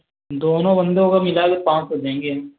दोनों बंदों को मिला के पाँच सौ देंगे